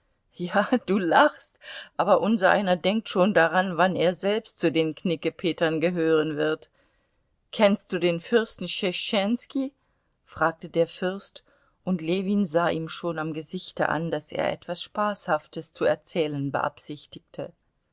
ja du lachst aber unsereiner denkt schon daran wann er selbst zu den knickepetern gehören wird kennst du den fürsten tschetschenski fragte der fürst und ljewin sah ihm schon am gesichte an daß er etwas spaßhaftes zu erzählen beabsichtigte